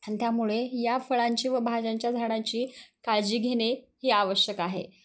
अन् त्यामुळे या फळांची व भाज्यांच्या झाडांची काळजी घेणे हे आवश्यक आहे